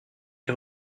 est